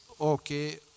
okay